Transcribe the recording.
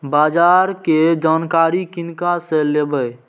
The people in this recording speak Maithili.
बाजार कै जानकारी किनका से लेवे?